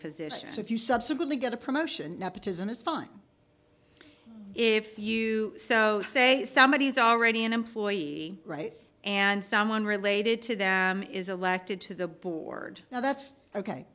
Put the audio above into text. positions if you subsequently get a promotion nepotism is fine if you so say somebody is already an employee right and someone related to them is elected to the board now that's ok